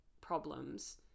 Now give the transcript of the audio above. problems